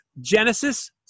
Genesis